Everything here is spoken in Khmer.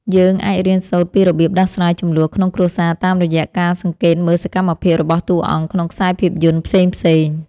យើងអាចរៀនសូត្រពីរបៀបដោះស្រាយជម្លោះក្នុងគ្រួសារតាមរយៈការសង្កេតមើលសកម្មភាពរបស់តួអង្គក្នុងខ្សែភាពយន្តផ្សេងៗ។